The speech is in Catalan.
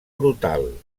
brutal